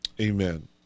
Amen